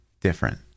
different